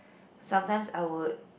sometimes I would